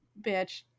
bitch